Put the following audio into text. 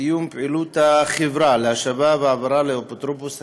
(סיום פעילות החברה והעברה לאפוטרופוס הכללי),